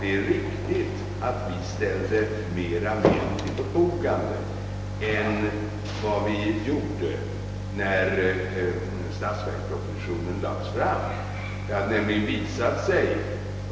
Det är riktigt att vi ställde ökade medel till förfogande jämfört med vad vi gjort när statsverkspropositionen lades fram.